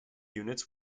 units